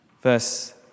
Verse